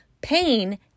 pain